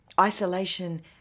Isolation